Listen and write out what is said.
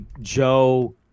joe